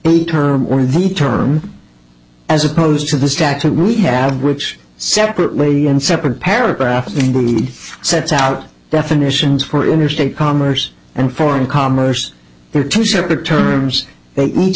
the term or the term as opposed to the stack that we have which separately in separate paragraph sets out definitions for interstate commerce and foreign commerce they are two separate terms they each